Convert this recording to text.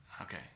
okay